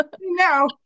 No